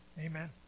Amen